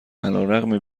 علیرغم